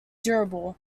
durable